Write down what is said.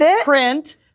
print